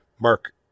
Mark